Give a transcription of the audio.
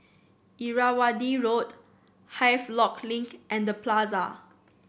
Irrawaddy Road Havelock Link and Plaza